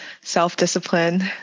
self-discipline